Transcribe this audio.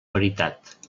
veritat